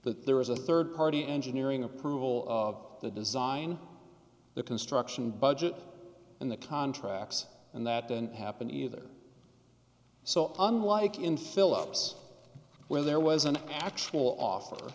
that there was a third party engineering approval of the design the construction budget and the contracts and that didn't happen either so unlike in philips where there was an actual offer